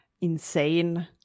insane